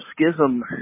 schism